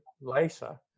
later